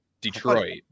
Detroit